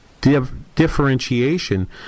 differentiation